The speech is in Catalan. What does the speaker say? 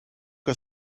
que